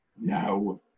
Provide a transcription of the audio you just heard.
No